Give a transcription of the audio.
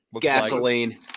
gasoline